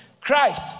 Christ